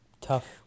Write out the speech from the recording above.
tough